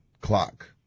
clock